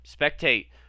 spectate